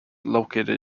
located